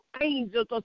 angels